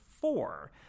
four